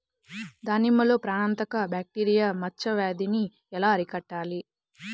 దానిమ్మలో ప్రాణాంతక బ్యాక్టీరియా మచ్చ వ్యాధినీ ఎలా అరికట్టాలి?